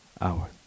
hour